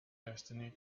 destiny